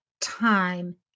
time